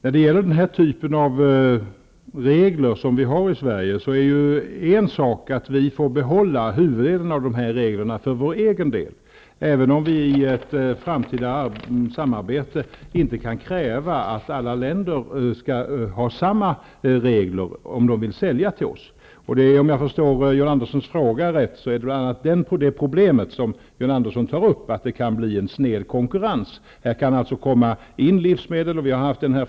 Fru talman! Det är en sak att vi får behålla huvuddelen av de regler vi har i Sverige för vår egen del. Däremot kan vi inte i ett framtida samarbete kräva att andra länder skall följa samma regler om de vill sälja till oss. Om jag förstår John Anderssons fråga rätt är det bl.a. det problemet han tar upp. Det kan bli en sned konkurrens. Vi har haft denna fråga uppe i annat sam manhang tidigare.